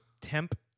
temp